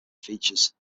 features